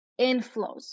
inflows